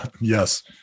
Yes